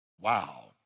Wow